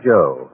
Joe